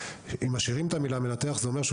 אם משאירים את המילה "מנתח" זה אומר שהוא